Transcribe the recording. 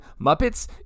Muppets